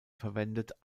verwendet